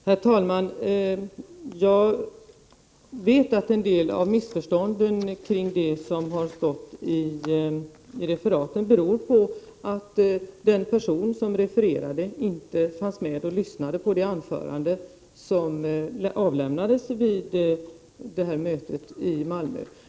Herr talman! En del av missförstånden kring det som stått i referatet beror på att den person som refererade inte fanns med och lyssnade på det anförande som hölls vid mötet i Malmö.